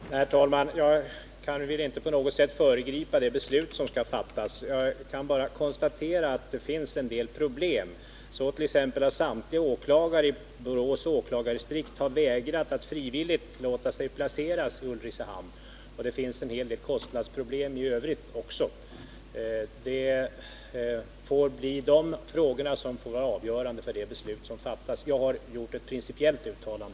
Herr talman! Jag vill inte på något sätt föregripa det beslut som skall fattas. Jag bara konstaterar att det finns en del problem. Så t.ex. har samtliga åklagare i Borås åklagardistrikt vägrat att frivilligt låta sig placeras i Ulricehamn. Det finns en hel del kostnadsproblem i övrigt också. De sakerna får bli avgörande för det beslut som fattas. Jag har gjort ett principiellt uttalande.